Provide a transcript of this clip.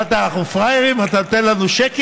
מה, אנחנו פראיירים, אתה נותן לנו שקל?